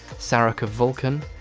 soraka vulcan,